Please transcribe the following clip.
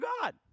God